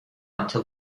until